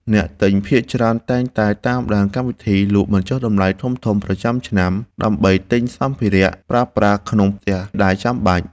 អ្នកទិញភាគច្រើនតែងតែតាមដានកម្មវិធីលក់បញ្ចុះតម្លៃធំៗប្រចាំឆ្នាំដើម្បីទិញសម្ភារៈប្រើប្រាស់ក្នុងផ្ទះដែលចាំបាច់។